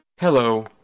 Hello